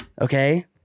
okay